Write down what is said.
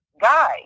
guy